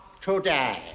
today